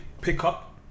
pickup